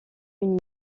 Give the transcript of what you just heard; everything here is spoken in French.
uni